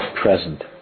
present